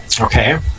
Okay